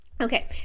Okay